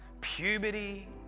puberty